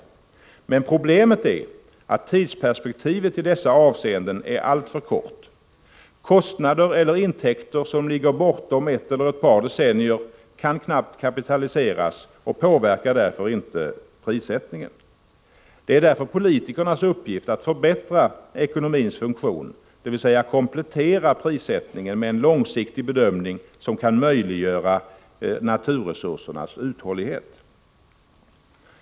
Men 23 problemet är att tidsperspektivet i dessa avseenden är alltför kort. Kostnader eller intäkter som ligger bortom ett eller ett par decennier kan knappast kapitaliseras och påverkar därmed inte prissättningen. Det är därför politikernas uppgift att förbättra ekonomins funktion, dvs. komplettera prissättningen med en långsiktig bedömning som kan möjliggöra naturresursernas uthållighet.